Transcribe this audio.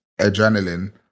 adrenaline